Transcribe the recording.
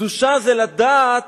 קדושה זה לדעת